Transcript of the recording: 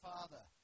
Father